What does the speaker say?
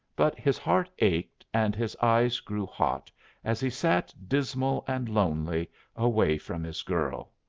but his heart ached, and his eyes grew hot as he sat dismal and lonely away from his girl.